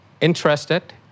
interested